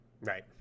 Right